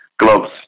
gloves